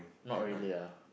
not really ah